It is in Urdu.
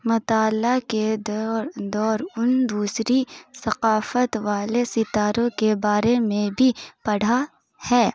مطالعہ کے دور دور ان دوسری ثقافت والے ستاروں کے بارے میں بھی پڑھا ہے